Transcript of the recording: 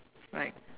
right